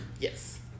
Yes